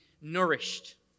nourished